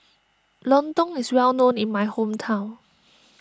Lontong is well known in my hometown